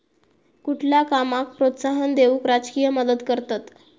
कुठल्या कामाक प्रोत्साहन देऊक राजकीय मदत करतत